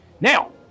Now